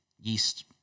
yeast